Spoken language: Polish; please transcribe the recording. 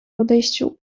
odejściu